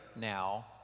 now